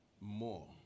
more